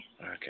Okay